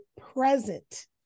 present